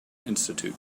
institute